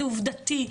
זה עובדתי,